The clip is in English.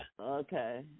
Okay